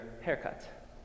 haircut